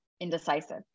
indecisive